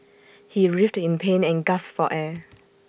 he writhed in pain and gasped for air